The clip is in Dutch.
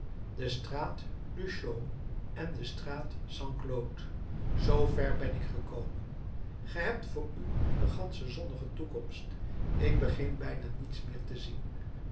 de straat du chaume en de straat st claude zoo ver ben ik gekomen gij hebt voor u de gansche zonnige toekomst ik begin bijna niets meer te zien